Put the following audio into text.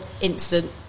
instant